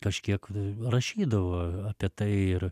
kažkiek rašydavo apie tai ir